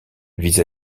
vis